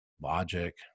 logic